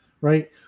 right